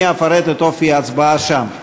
אני אפרט את אופי ההצבעה שם.